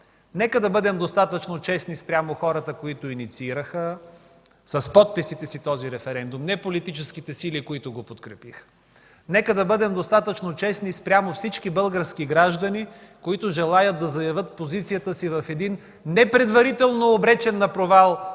Нека бъдем достатъчно честни спрямо хората, които инициираха с подписите си този референдум – не политическите сили, които го подкрепиха. Нека да бъдем достатъчно честни спрямо всички български граждани, които желаят да заявят позицията си в един не предварително обречен на провал